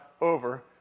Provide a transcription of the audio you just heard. over